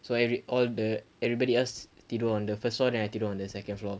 so every all the everybody else tidur on the first floor and then I tidur on the second floor